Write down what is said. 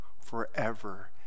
forever